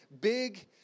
big